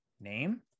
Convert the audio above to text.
name